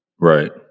Right